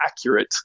accurate